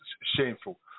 shameful